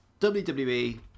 WWE